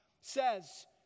says